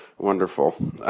Wonderful